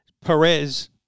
Perez